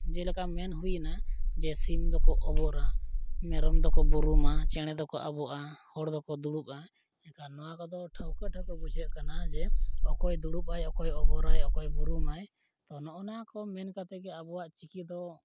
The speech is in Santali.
ᱡᱮᱞᱮᱠᱟ ᱢᱮᱱ ᱦᱩᱭᱱᱟ ᱡᱮ ᱥᱤᱢ ᱫᱚᱠᱚ ᱚᱵᱚᱨᱟ ᱢᱮᱨᱚᱢ ᱫᱚᱠᱚ ᱵᱩᱨᱩᱢᱟ ᱪᱮᱬᱮ ᱫᱚᱠᱚ ᱟᱵᱚᱜᱼᱟ ᱦᱚᱲ ᱫᱚᱠᱚ ᱫᱩᱲᱩᱵᱽᱼᱟ ᱢᱮᱱᱠᱷᱟᱱ ᱱᱚᱣᱟ ᱠᱚᱫᱚ ᱴᱷᱟᱹᱣᱠᱟᱹ ᱴᱷᱟᱹᱣᱠᱟᱹ ᱵᱩᱡᱷᱟᱹᱜ ᱠᱟᱱᱟ ᱡᱮ ᱚᱠᱚᱭ ᱫᱩᱲᱩᱵᱽᱼᱟᱭ ᱚᱠᱚᱭ ᱚᱵᱚᱨᱟᱭ ᱚᱠᱚᱭ ᱵᱩᱨᱩᱢᱟᱭ ᱛᱳ ᱱᱚᱜᱼᱚᱱᱟ ᱠᱚ ᱢᱮᱱ ᱠᱟᱛᱮᱜᱮ ᱟᱵᱚᱣᱟᱜ ᱪᱤᱠᱤ ᱫᱚ